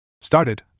started